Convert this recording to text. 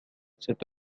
cet